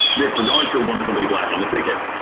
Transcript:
they for darn sure wanted somebody black on the ticket.